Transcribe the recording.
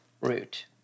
root